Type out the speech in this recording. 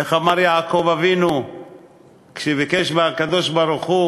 איך אמר יעקב אבינו כשביקש מהקדוש-ברוך-הוא?